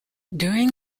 during